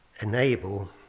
enable